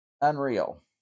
Unreal